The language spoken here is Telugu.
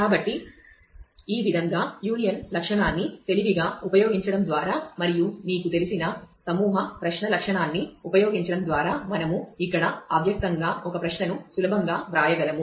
కాబట్టి ఈ విధంగా యూనియన్ లక్షణాన్ని తెలివిగా ఉపయోగించడం ద్వారా మరియు మీకు తెలిసిన సమూహ ప్రశ్న లక్షణాన్ని ఉపయోగించడం ద్వారా మనము ఇక్కడ అవ్యక్తంగా ఒక ప్రశ్నను సులభంగా వ్రాయగలము